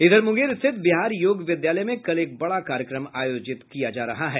इधर मुंगेर स्थित बिहार योग विद्यालय में कल एक बड़ा कार्यक्रम आयोजित किया गया है